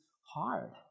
hard